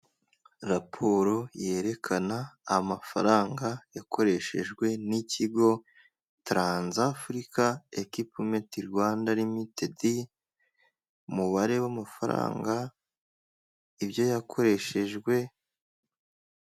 Raporo yerekana amafaranga yakoreshejwe n'ikigo taranzafurika ekipumenti Rwanda rimitedi, umubare w'amafaranga, ibyo yakoreshejwe,